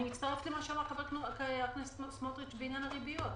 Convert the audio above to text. אני מצטרפת למה שאמר חבר הכנסת סמוטריץ' בעניין הריביות.